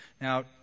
Now